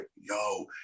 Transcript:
yo